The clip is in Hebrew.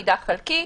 עמידה חלקית,